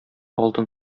алтын